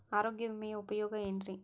ಆರೋಗ್ಯ ವಿಮೆಯ ಉಪಯೋಗ ಏನ್ರೀ?